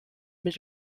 mit